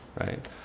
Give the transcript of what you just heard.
right